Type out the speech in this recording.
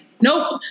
Nope